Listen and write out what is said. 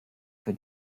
für